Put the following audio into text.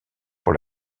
pour